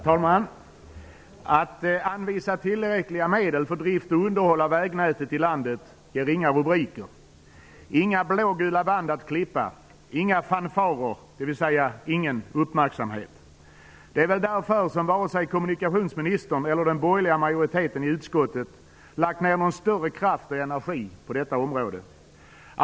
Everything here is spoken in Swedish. Herr talman! Att anvisa tillräckliga medel för drift och underhåll av vägnätet i landet ger inga rubriker. Det ger inga blågula band att klippa, inga fanfarer, dvs. ingen uppmärksamhet. Det är väl därför som varken kommunikationsministern eller den borgerliga majoriteten i utskottet lagt ner någon större kraft och energi på detta område.